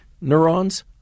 neurons